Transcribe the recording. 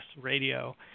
radio